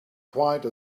quite